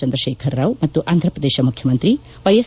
ಚಂದ್ರಶೇಖರ್ ರಾವ್ ಮತ್ತು ಆಂದ್ರಪ್ರಧೇತ ಮುಖ್ಯಮಂತ್ರಿ ವ್ಯೆಎಸ್